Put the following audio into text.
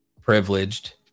privileged